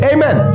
Amen